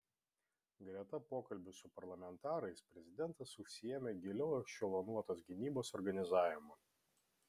greta pokalbių su parlamentarais prezidentas užsiėmė giliau ešelonuotos gynybos organizavimu